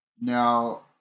Now